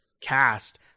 cast